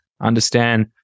understand